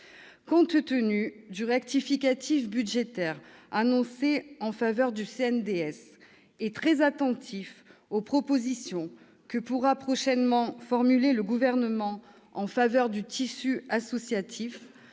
Compte tenu du rectificatif budgétaire annoncé en faveur du CNDS, le groupe du RDSE, très attentif aux propositions que pourra prochainement formuler le Gouvernement en faveur du tissu associatif,